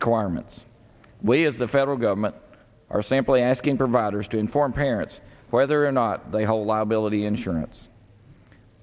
requirements way of the federal government are simply asking providers to inform parents whether or not they hold liability insurance